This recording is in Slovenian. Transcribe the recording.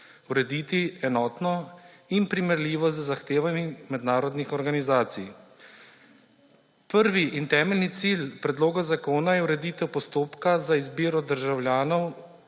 urediti enotno in primerljivo z zahtevami mednarodnih organizacij. Prvi in temeljni cilj predloga zakona je ureditev postopka za izbiro državljanov